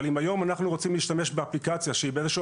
אבל אם היום אנחנו רוצים להשתמש באפליקציה שהיא באיזשהו